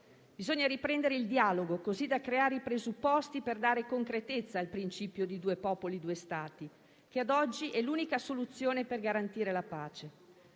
Bisogna riprendere il dialogo, così da creare i presupposti per dare concretezza al principio di "due popoli, due Stati", che ad oggi è l'unica soluzione per garantire la pace.